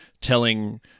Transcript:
telling